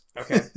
Okay